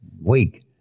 Weak